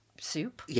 soup